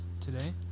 today